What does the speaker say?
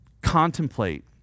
contemplate